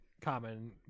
common